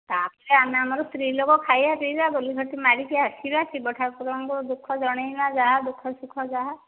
ତା'ପରେ ଆମେ ଆମର ସ୍ତ୍ରୀ ଲୋକ ଖାଇବା ପିଇବା ବୁଲି ଖଟି ମାରିକି ଆସିବା ଶିବ ଠାକୁରଙ୍କୁ ଦୁଃଖ ଜଣାଇବା ଯାହା ଦୁଃଖ ସୁଖ ଯାହା